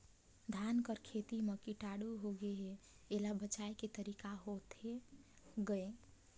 धान कर खेती म कीटाणु होगे हे एला बचाय के तरीका होथे गए?